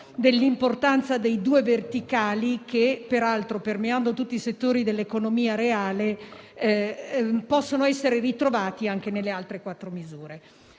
dell'importanza dei due verticali, che peraltro, permeando tutti i settori dell'economia reale, possono essere ritrovati anche nelle altre quattro misure.